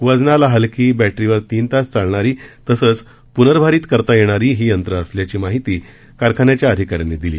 वजनाला हलकी बॅटरीवर तीन तास चालणारी तसंच पूनर्भारित करता येणारी ही यंत्रं असल्याची माहिती कारखान्याच्या अधिकाऱ्यांनी दिली